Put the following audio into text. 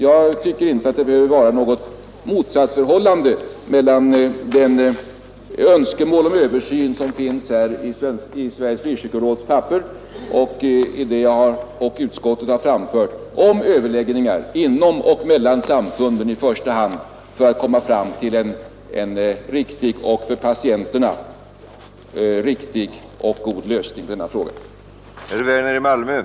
Jag tycker inte att det bör råda något motsatsförhållande mellan de önskemål om översyn som finns i Sveriges frikyrkoråds papper och vad jag och utskottet framfört om överläggningar inom och mellan samfunden i första hand för att komma fram till en riktig och för sjukhuspatienterna god lösning av frågan om den andliga vården.